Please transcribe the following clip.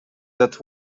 that